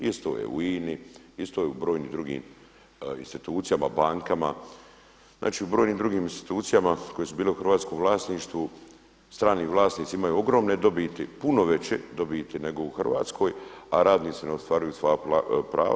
Isto je u INA-i, isto je u brojnim drugim institucijama, bankama, znači u brojnim drugim institucijama koje su bile u hrvatskom vlasništvu, strani vlasnici imaju ogromne dobiti, puno veće dobiti nego u Hrvatskoj, a radnici ne ostvaruju svoja prava.